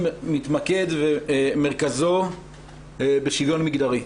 מרכזו בשוויון מגדרי.